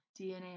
DNA